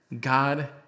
God